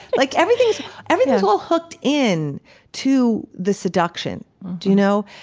like everything's everything's all hooked in to the seduction, do you know?